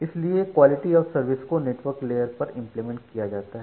इसीलिए quality of service को network लेयरपर इंप्लीमेंट किया जाता है